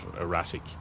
erratic